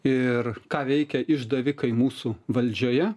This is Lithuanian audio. ir ką veikia išdavikai mūsų valdžioje